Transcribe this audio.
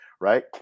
right